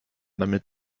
damit